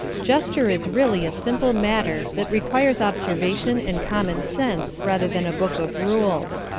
gesture is really a simple matter that requires observation and common sense rather than a book of rules.